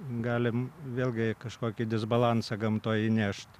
galim vėlgi kažkokį disbalansą gamtoj įnešt